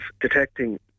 detecting